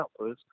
outputs